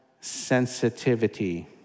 sensitivity